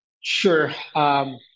Sure